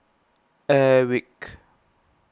Airwick